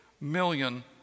million